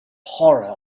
horror